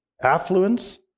affluence